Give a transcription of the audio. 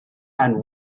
and